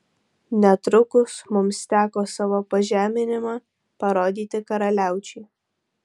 netrukus mums teko savo pažeminimą parodyti karaliaučiui